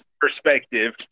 perspective